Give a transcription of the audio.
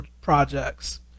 projects